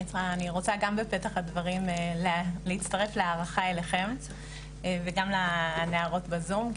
אני רוצה גם בפתח הדברים להצטרף להערכה אליכם וגם לנערות בזום,